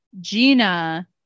Gina